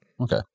Okay